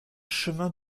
chemin